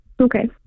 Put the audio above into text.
Okay